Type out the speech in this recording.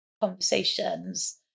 conversations